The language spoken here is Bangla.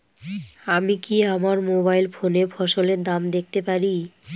আমি কি আমার মোবাইল ফোনে ফসলের দাম দেখতে পারি?